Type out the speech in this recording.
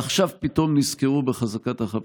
עכשיו פתאום נזכרו בחזקת החפות.